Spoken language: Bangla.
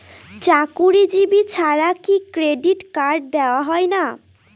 চাকুরীজীবি ছাড়া কি ক্রেডিট কার্ড দেওয়া হয় না?